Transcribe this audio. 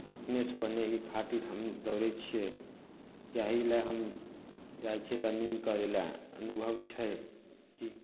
fitness बनयके खातिर हम दौड़य छियै यही लए हम जाइ छियै रनिंग करय लए अनुभव छै कि